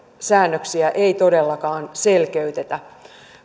säännöksiä ei todellakaan selkeytetä